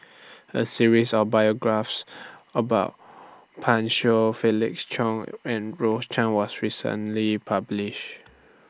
A series of biographies about Pan Shou Felix Cheong and Rose Chan was recently published